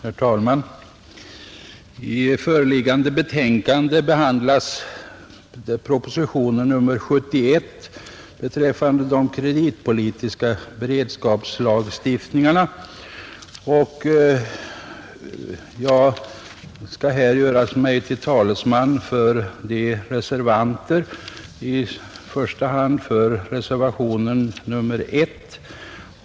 Herr talman! I förevarande betänkande behandlas propositionen 71 angående den kreditpolitiska beredskapslagstiftningen, och jag skall här göra mig till talesman för reservanterna, i första hand för reservationen 1.